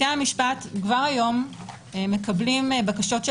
בתי המשפט כבר היום מקבלים בקשות של